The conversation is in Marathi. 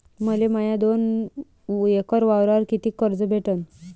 मले माया दोन एकर वावरावर कितीक कर्ज भेटन?